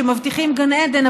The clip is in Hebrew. שמבטיחים גן עדן,